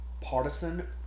partisan